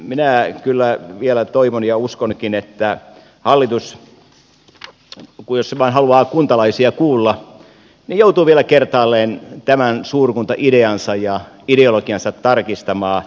minä kyllä vielä toivon ja uskonkin että hallitus jos se vain haluaa kuntalaisia kuulla joutuu vielä kertaalleen tämän suurkuntaideansa ja ideologiansa tarkistamaan